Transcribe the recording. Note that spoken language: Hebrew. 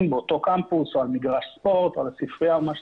באותו קמפוס או על מגרש ספורט או על הספרייה וכדומה,